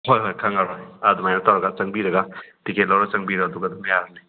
ꯍꯣꯏ ꯍꯣꯏ ꯈꯪꯉꯕꯅꯤ ꯑꯗꯨꯃꯥꯏ ꯇꯧꯔꯒ ꯆꯪꯕꯤꯔꯒ ꯇꯤꯛꯀꯦꯠ ꯂꯧꯔ ꯆꯪꯕꯤꯔꯣ ꯑꯗꯨꯒ ꯑꯗꯨꯝ ꯌꯥꯔꯅꯤ